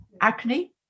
acne